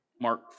Mark